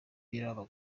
w’umupira